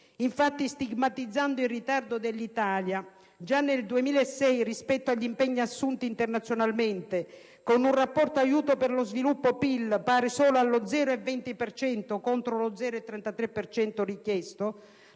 Infatti, stigmatizzando il ritardo dell'Italia già nel 2006 rispetto agli impegni assunti internazionalmente (con un rapporto tra aiuti per lo sviluppo e PIL pari solo allo 0,20 per cento contro lo 0,33 per cento